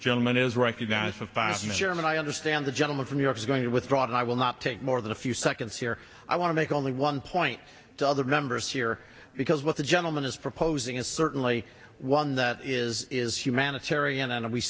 gentleman is recognized for fasm a german i understand the gentleman from new york is going to withdraw and i will not take more than a few seconds here i want to make only one point to other members here because what the gentleman is proposing is certainly one that is is humanitarian and we